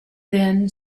thin